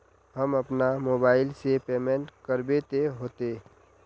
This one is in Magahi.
हम अपना मोबाईल से पेमेंट करबे ते होते?